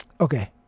Okay